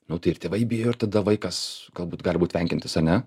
nu tai ir tėvai bijo ir tada vaikas galbūt gali būt vengiantis ane